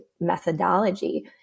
methodology